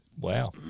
Wow